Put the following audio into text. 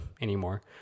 anymore